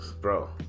Bro